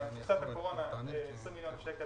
קופסת הקורונה היתה 20 מיליון שקלים